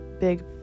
big